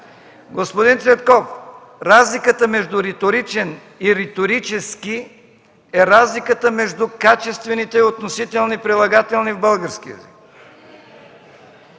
Господин Цветков, разликата между „риторичен” и „риторически” е разликата между качествените и относителните прилагателни в българския език.